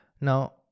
Now